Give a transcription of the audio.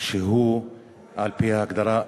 שהוא על-פי ההגדרה אום-אלחיראן.